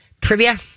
trivia